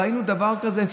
ראינו דבר כזה,